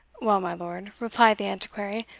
well, my lord, replied the antiquary,